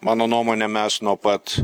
mano nuomone mes nuo pat